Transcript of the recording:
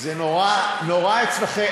זה נורא אצלכם.